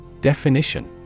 Definition